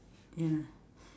ya